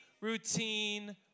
routine